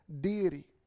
deity